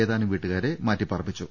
ഏതാനും വീട്ടുകാരെ മാറ്റിപ്പാർപ്പിച്ചു